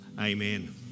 Amen